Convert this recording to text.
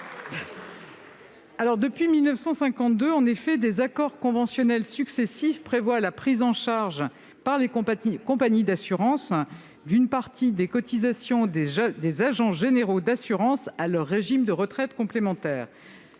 l'Orne. Depuis 1952, des accords conventionnels successifs prévoient la prise en charge par les compagnies d'assurances d'une partie des cotisations des agents généraux d'assurances à leur régime de retraite complémentaire.